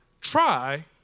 Try